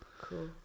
cool